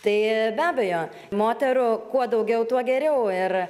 tai be abejo moterų kuo daugiau tuo geriau ir